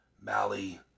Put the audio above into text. Mali